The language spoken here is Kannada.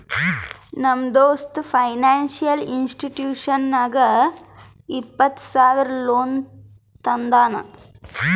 ನಮ್ ದೋಸ್ತ ಫೈನಾನ್ಸಿಯಲ್ ಇನ್ಸ್ಟಿಟ್ಯೂಷನ್ ನಾಗ್ ಇಪ್ಪತ್ತ ಸಾವಿರ ಲೋನ್ ತಂದಾನ್